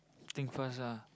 think first ah